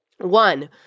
One